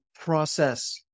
process